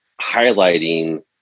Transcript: highlighting